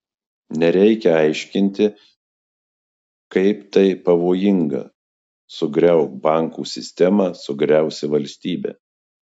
nereikia aiškinti kaip tai pavojinga sugriauk bankų sistemą sugriausi valstybę